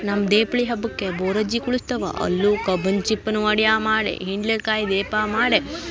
ನಮ್ಮ ದೇಪ್ಳಿ ಹಬ್ಬಕ್ಕೆ ಬೋರಜ್ಜಿ ಕುಳ್ಸ್ತವ ಅಲ್ಲೂ ಕಬ್ಬನ ಚಿಪ್ಪನ ವಡೆಯ ಮಾಡಿ ಹಿಂಡ್ಲೆಕಾಯಿ ದೀಪ ಮಾಡಿ